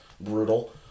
brutal